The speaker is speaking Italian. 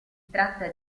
tratta